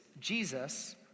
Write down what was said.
Jesus